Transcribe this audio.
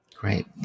Great